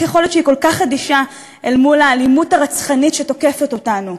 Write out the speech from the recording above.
איך יכול להיות שהיא כל כך אדישה אל מול האלימות הרצחנית שתוקפת אותנו?